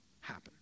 happen